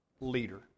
leader